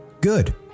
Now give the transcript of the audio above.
Good